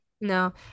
No